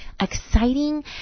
exciting